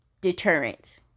deterrent